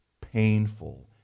painful